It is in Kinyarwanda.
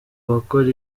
bakora